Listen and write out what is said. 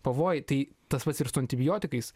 pavojai tai tas pats ir su antibiotikais